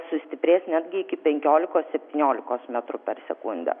sustiprės netgi ikipenkiolikos septyniolikos metrų per sekundę